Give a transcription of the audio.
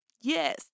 yes